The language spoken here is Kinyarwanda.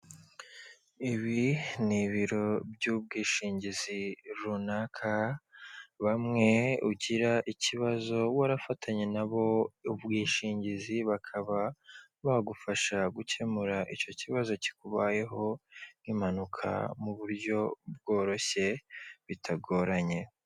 Ibi ni ibiro by'ubwishingizi runaka bamwe ugira ikibazo warafatanye nabo ubwishingizi bakaba bagufasha gukemura icyo kibazo kikubayeho nk'impanuka mu buryo bworoshye bitagoranye.